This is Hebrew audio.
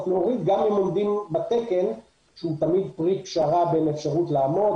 להוריד גם אם עומדים בתקן שהוא תמיד פרי פשרה בין האפשרות לעמוד,